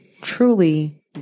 truly